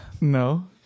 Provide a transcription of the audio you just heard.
No